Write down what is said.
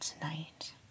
tonight